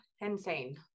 insane